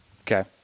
Okay